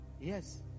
yes